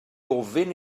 ofyn